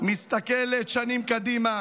מסתכלת שנים קדימה,